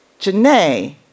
Janae